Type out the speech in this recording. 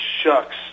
shucks